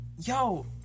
yo